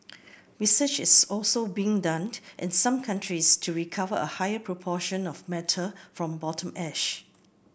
research is also being done in some countries to recover a higher proportion of metal from bottom ash